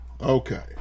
Okay